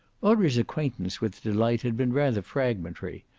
audrey's acquaintance with delight had been rather fragmentary,